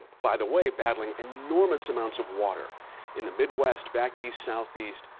by the way, battling enormous amounts of water in the midwest, back east, southeast,